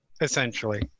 essentially